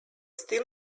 still